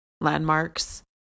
landmarks